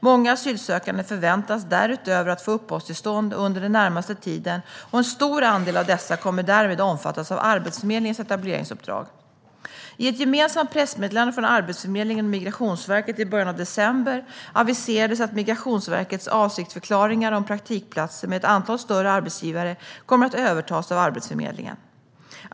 Många asylsökande förväntas därutöver få uppehållstillstånd under den närmaste tiden, och en stor andel av dessa kommer därmed omfattas av Arbetsförmedlingens etableringsuppdrag. I ett gemensamt pressmeddelande från Arbetsförmedlingen och Migrationsverket i början av december aviserades att Migrationsverkets avsiktsförklaringar om praktikplatser med ett antal större arbetsgivare kommer att övertas av Arbetsförmedlingen.